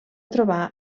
trobar